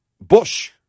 Bush